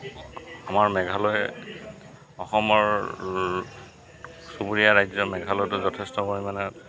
আমাৰ মেঘালয় অসমৰ চুবুৰীয়া ৰাজ্য মেঘালয়তো যথেষ্ট পৰিমাণে